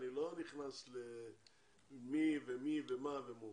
אני לא נכנס למי ומי ומה ומו.